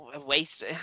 waste